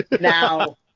now